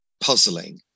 puzzling